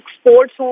Sports